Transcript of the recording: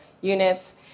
units